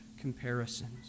comparisons